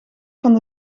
van